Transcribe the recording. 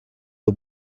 del